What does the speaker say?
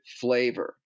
flavor